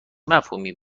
مفهومی